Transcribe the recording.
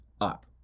up